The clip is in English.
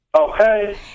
Okay